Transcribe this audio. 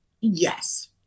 Yes